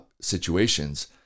situations